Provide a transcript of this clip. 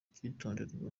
icyitonderwa